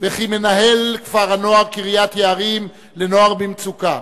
וכמנהל כפר-הנוער קריית-יערים לנוער במצוקה.